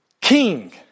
king